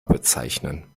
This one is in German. bezeichnen